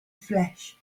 flesh